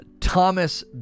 Thomas